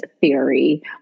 theory